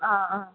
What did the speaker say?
हा हा